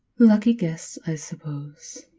lucky guess, i suppose.